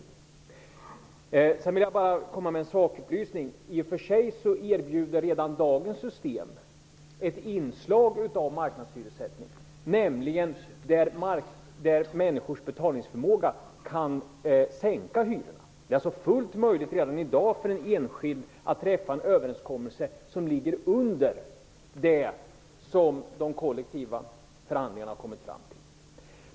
Sedan vill jag komma med en sakupplysning. I och för sig innebär redan dagens system ett inslag av marknadshyressättning, nämligen där människors betalningsförmåga kan sänka hyrorna. Det är fullt möjligt redan i dag för en enskild att träffa en överenskommelse som ligger under det som de kollektiva förhandlingarna har kommit fram till.